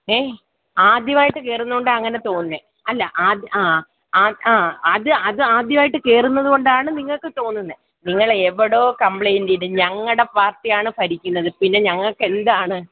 ഏ ആദ്യമായിട്ട് കയറുന്നതു കൊണ്ടാണ് അങ്ങനെ തോന്നുന്നത് അല്ല ആദ് ആ അത് അത് ആദ്യമായിട്ട് കയറുന്നതു കൊണ്ടാണ് നിങ്ങൾക്കു തോന്നുന്നത് നിങ്ങളെവിടെയോ കമ്പ്ലൈൻറ്റിട് ഞങ്ങളുടെ പാർട്ടിയാണ് ഭരിക്കുന്നത് പിന്നെ ഞങ്ങൾക്കെന്താണ്